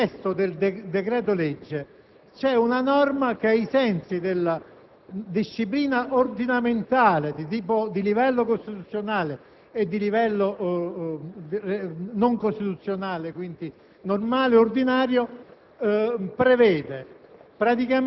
e Governo - nel testo del decreto-legge c'è un articolo che, ai sensi della disciplina ordinamentale di livello costituzionale e di livello non costituzionale (quindi, normale ed ordinario),